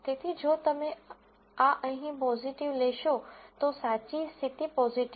તેથી જો તમે આ અહીં પોઝીટિવ લેશો તો સાચી સ્થિતિ પોઝીટિવ છે